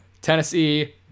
Tennessee